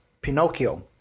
pinocchio